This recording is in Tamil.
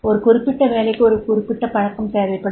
ஒரு குறிப்பிட்ட வேலைக்கு ஒரு குறிப்பிட்ட பழக்கம் தேவைப்படும்